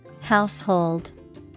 Household